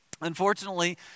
unfortunately